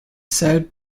said